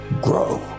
grow